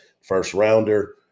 first-rounder